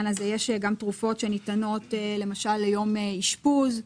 יש גם תרופות שניתנות ליום אשפוז.